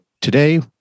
today